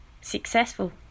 successful